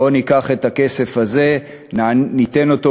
בואו ניקח את הכסף הזה,